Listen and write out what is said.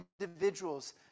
individuals